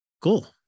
cool